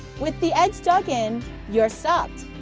with the edge dug in, you're stopped.